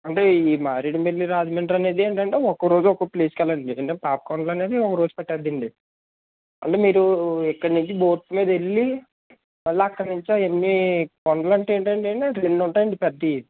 అంటే ఈ మారేడుమల్లి రాజమండ్రి అనేది ఏంటంటే ఒక్కో రోజు ఒక్కో ప్లేస్కి వెళ్ళండి ఏంటంటే పాపికొండలు అనేది ఒక రోజు పట్టేస్తుందండి అంటే మీరు ఇక్కడనుంచి బోట్స్ మీద వెళ్ళి మళ్ళీ అక్కడ నుంచి అవన్నీ కొండలుంటాయండి రెండుంటాయండి పెద్దవి